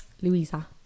Louisa